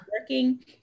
working